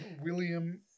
william